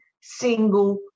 single